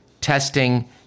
testing